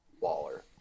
Waller